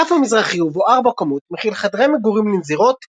האגף המזרחי ובו ארבע קומות מכיל חדרי מגורים לנזירות,